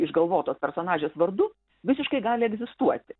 išgalvotos personažės vardu visiškai gali egzistuoti